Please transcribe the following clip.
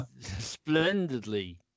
splendidly